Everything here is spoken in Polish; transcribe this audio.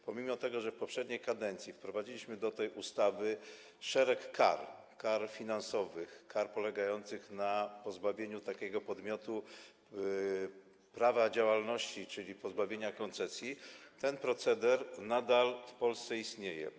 Pomimo że w poprzedniej kadencji wprowadziliśmy do tej ustawy szereg kar, kar finansowych, kar polegających na pozbawieniu takiego podmiotu prawa działalności, czyli pozbawieniu koncesji, ten proceder nadal w Polsce istnieje.